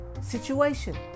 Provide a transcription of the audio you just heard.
situation